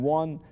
one